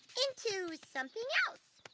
into something else.